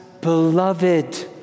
beloved